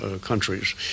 countries